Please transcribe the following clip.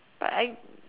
but I